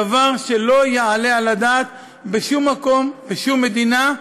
דבר שלא יעלה על הדעת בשום מקום, בשום מדינה,